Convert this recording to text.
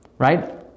Right